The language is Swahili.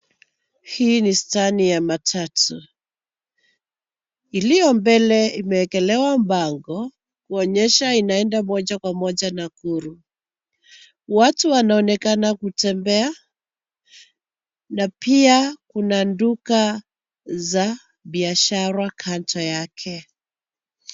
Hii ni stani ya matatu. Iliyo mbele imewekelewa bango kuonyesha inaenda moja kwa moja Nakuru. Watu wanaonekana kutembea na pia kuna duka za biashara kando yake.